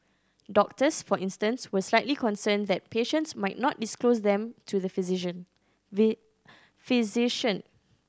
doctors for instance were slightly concerned that patients might not disclose them to the physician we physician